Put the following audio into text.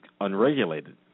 unregulated